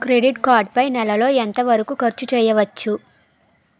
Credit card పై నెల లో ఎంత వరకూ ఖర్చు చేయవచ్చు?